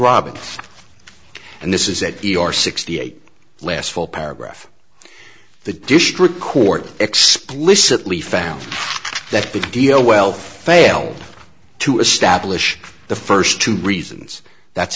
roberts and this is that you are sixty eight last full paragraph the district court explicitly found that big deal wealth failed to establish the first two reasons that's